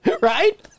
right